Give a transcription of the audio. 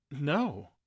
no